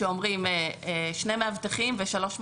כשאומרים: שני מאבטחים ושלוש מצלמות?